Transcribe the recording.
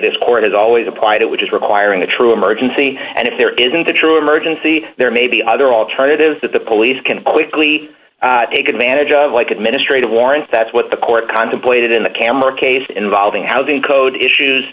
this court has always applied it which is requiring a true emergency and if there isn't a true emergency there may be other alternatives that the police can quickly take advantage of like administrative warrants that's what the court contemplated in the camera case involving housing code issues